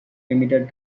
limited